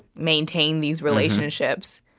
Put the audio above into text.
maintain these relationships